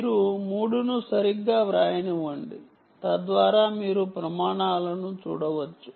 మీరు 3 ను సరిగ్గా వ్రాయనివ్వండి తద్వారా మీరు ప్రమాణాలను చూడవచ్చు